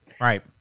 Right